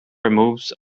removes